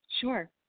Sure